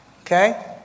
okay